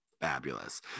fabulous